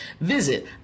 Visit